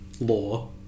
law